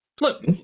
Look